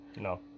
No